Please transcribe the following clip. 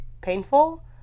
painful